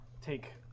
take